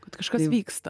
kad kažkas vyksta